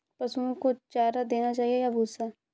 पशुओं को चारा देना चाहिए या भूसा?